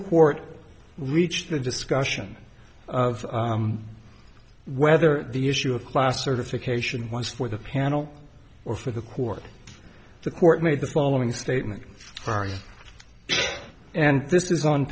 court reached the discussion of whether the issue of class certification was for the panel or for the court the court made the following statement and this is on